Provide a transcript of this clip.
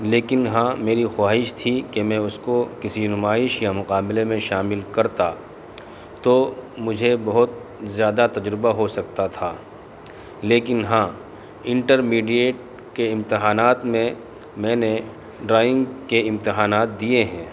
لیکن ہاں میری خواہش تھی کہ میں اس کو کسی نمائش یا مقابلے میں شامل کرتا تو مجھے بہت زیادہ تجربہ ہو سکتا تھا لیکن ہاں انٹرمیڈیٹ کے امتحانات میں میں نے ڈرائنگ کے امتحانات دیے ہیں